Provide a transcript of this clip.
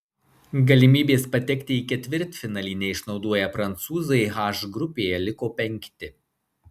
galimybės patekti į ketvirtfinalį neišnaudoję prancūzai h grupėje liko penkti